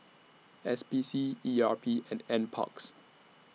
S P C E R P and N Parks